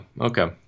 okay